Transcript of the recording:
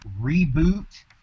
reboot